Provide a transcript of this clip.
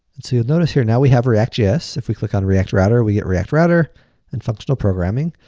and so you'll notice here now we have react js. if we click on react router we get react router and functional programming.